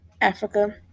Africa